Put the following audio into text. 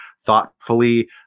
thoughtfully